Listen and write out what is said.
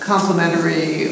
Complementary